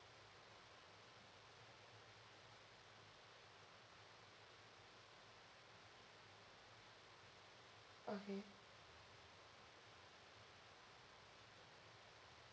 okay